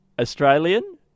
Australian